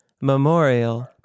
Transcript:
Memorial